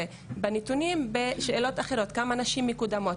בנתונים בשאלות אחרות: כמה נשים מקודמות,